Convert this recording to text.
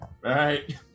right